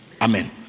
Amen